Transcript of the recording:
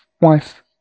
wife